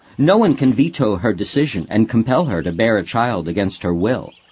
no one can veto her decision and compel her to bear a child against her will.